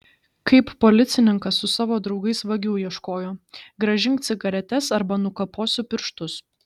kaip policininkas su savo draugais vagių ieškojo grąžink cigaretes arba nukaposiu pirštus